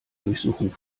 durchsuchung